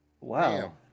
wow